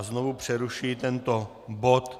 Znovu přerušuji tento bod.